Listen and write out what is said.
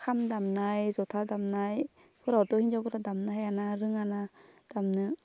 खाम दामनाय जथा दामनायफोरावथ' हिनजावफोरा दामनो हाया ना रोङा ना दामनो